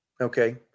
okay